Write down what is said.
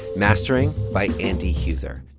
mastering by andy huether.